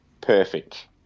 Perfect